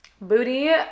Booty